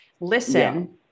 listen